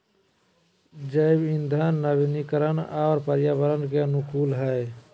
जैव इंधन नवीकरणीय और पर्यावरण के अनुकूल हइ